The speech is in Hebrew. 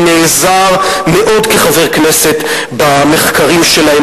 אני נעזר מאוד, כחבר כנסת, במחקרים שלהם.